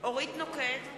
אורית נוקד,